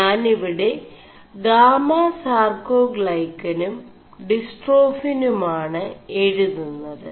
ഞാനിവിെട ഗാമാസാർേ ാൈø നും ഡിസ്േ4ടാഫിനുമാണ് എഴുതുMത്